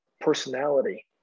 personality